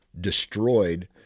destroyed